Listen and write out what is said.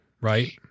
Right